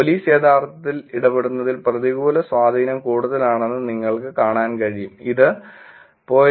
police യഥാർത്ഥത്തിൽ ഇടപെടുന്നതിൽ പ്രതി കൂല സ്വാധീനം കൂടുതലാണെന്ന് നിങ്ങൾക്ക് കാണാൻ കഴിയും ഇത് 0